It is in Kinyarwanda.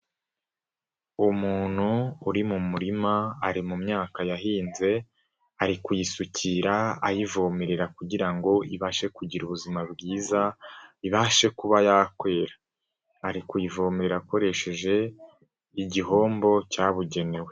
Umuntu uri mu murima ari mu myaka yahinze, ari kuyisukira ayivomerera kugira ngo ibashe kugira ubuzima bwiza, ibashe kuba yakwera ari kuyivomerera akoresheje igihombo cyabugenewe.